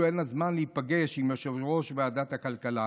אין לה זמן להיפגש עם יושב-ראש ועדת הכלכלה.